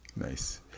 Nice